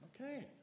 Okay